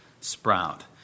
sprout